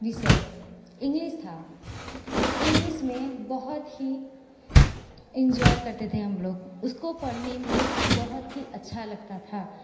विषय इंग्लीस था इंग्लीस में बहुत ही इंजोय करते थे हम लोग उसको पढ़ने में बहुत ही अच्छा लगता था